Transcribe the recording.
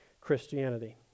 Christianity